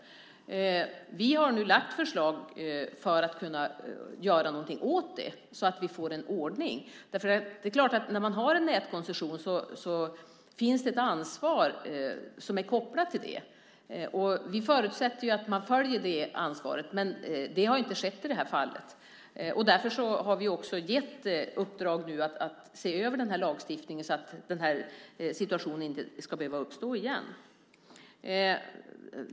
Vi har nu lagt fram förslag för att kunna göra någonting åt det så att vi får en ordning här. När man har en nätkoncession är naturligtvis ett ansvar kopplat till detta. Vi förutsätter att man tar det ansvaret. Det har dock inte skett i det här fallet, och därför har vi nu gett ett uppdrag att se över lagstiftningen så att en liknande situation inte ska behöva uppstå igen.